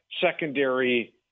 secondary